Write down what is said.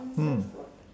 hmm